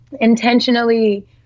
intentionally